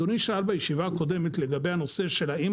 אדוני שאל בישיבה הקודמת לגבי השאלה האם